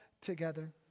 together